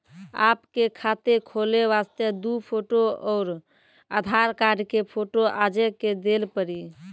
आपके खाते खोले वास्ते दु फोटो और आधार कार्ड के फोटो आजे के देल पड़ी?